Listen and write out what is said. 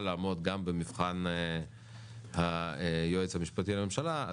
לעמוד גם במבחן היועץ המשפטי לממשלה,